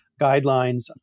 guidelines